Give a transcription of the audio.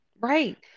right